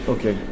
Okay